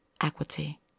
equity